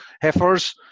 heifers